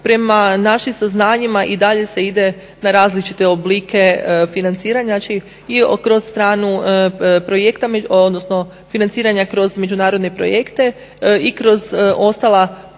prema našim saznanjima i dalje se ide na različite oblike financiranja, znači i kroz stranu projekta, odnosno financiranja kroz međunarodne projekte i kroz ostala tropartitna